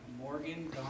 Morgan